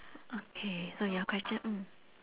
okay so your question mm